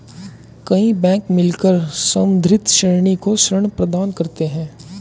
कई बैंक मिलकर संवर्धित ऋणी को ऋण प्रदान करते हैं